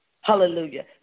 Hallelujah